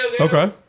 Okay